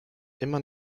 immer